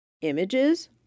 Images